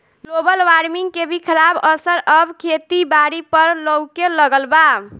global warming के भी खराब असर अब खेती बारी पर लऊके लगल बा